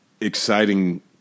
exciting